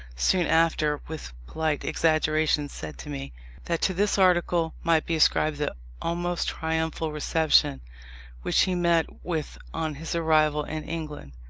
soon after, with polite exaggeration, said to me that to this article might be ascribed the almost triumphal reception which he met with on his arrival in england.